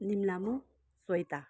निम्लामु Shweta